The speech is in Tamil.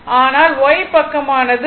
ஆனால் y பக்கமானது v